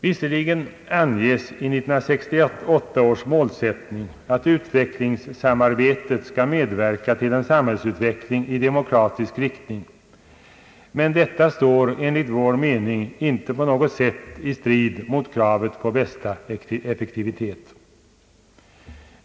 Visserligen anges i 1968 års målsättning att utvecklingssamarbetet skall medverka till en samhällsutveckling i demokratisk riktning, men detta står enligt vår mening inte på något sätt i strid mot kravet på bästa effektivitet.